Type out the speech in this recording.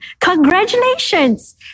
congratulations